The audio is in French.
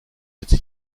cette